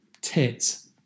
tits